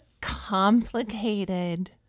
complicated